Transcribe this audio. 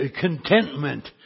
contentment